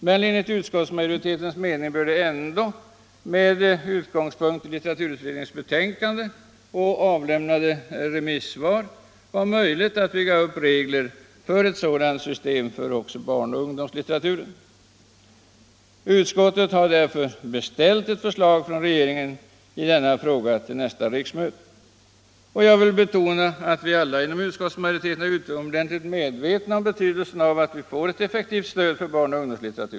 Men enligt utskottsmajoritetens mening bör det ändå, med utgångspunkt i litteraturutredningens betänkande och avlämnade remissvar, vara möjligt att bygga upp regler för ett sådant system också för barnoch ungdomslitteraturen. Utskottet har därför föreslagit att riksdagen beställer ett förslag från regeringen i denna fråga till nästa riksmöte. Jag vill betona att vi alla inom utskottsmajoriteten är utomordentligt väl medvetna om betydelsen av att vi får ett effektivt stöd till barnoch ungdomslitteratur.